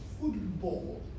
football